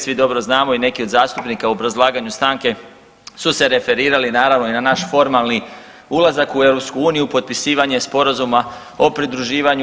Svi dobro znamo i neki od zastupnika u obrazlaganju stanke su se referirali naravno i na naš formalni ulazak u EU, potpisivanje Sporazuma o pridruživanju.